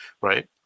right